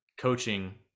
coaching